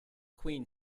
queen